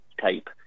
type